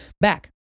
back